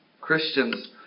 Christians